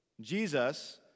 Jesus